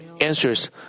answers